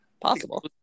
Possible